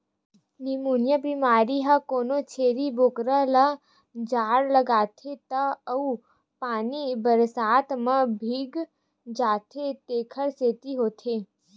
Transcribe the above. pneumonia बेमारी ह कोनो छेरी बोकरा ल जाड़ लागथे त अउ पानी बरसात म भीग जाथे तेखर सेती होथे